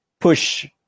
push